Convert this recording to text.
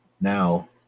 Now